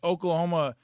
Oklahoma